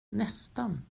nästan